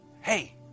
hey